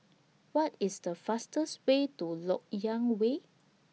What IS The fastest Way to Lok Yang Way